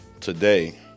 today